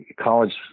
college